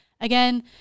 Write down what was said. again